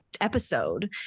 episode